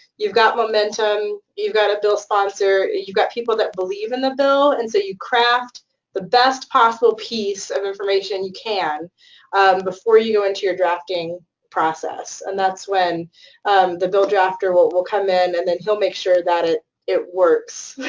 you've got momentum, you've got a bill sponsor, you've got people that believe in the bill, and so you craft the best possible piece of information you can before you go into your drafting process. and that's when the bill drafter will will come in, and then he'll make sure that it it works